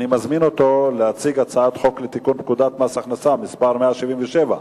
אני מזמין אותו להציג הצעת חוק לתיקון פקודת מס הכנסה (מס' 177),